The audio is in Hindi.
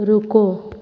रुको